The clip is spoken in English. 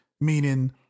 meaning